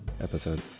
episode